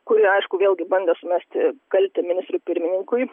kuri aišku vėlgi bandė sumesti kaltę ministrui pirmininkui